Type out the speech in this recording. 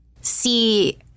see